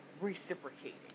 reciprocating